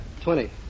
Twenty